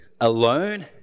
alone